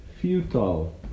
Futile